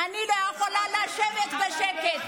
אני לא יכולה לשבת בשקט.